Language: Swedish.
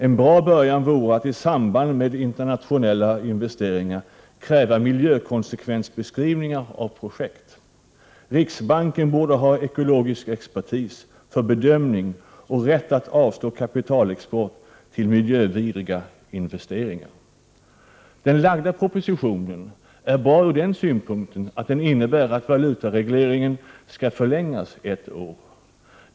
En bra början vore att man i samband med internationella investeringar krävde miljökonsekvensbeskrivningar av projekt. Riksbanken borde ha ekologisk expertis för bedömning och rätt att avslå kapitalexport till miljövidriga investeringar. Den framlagda propositionen är bra ur den synpunkten att den innebär att valutaregleringen skall förlängas ett år.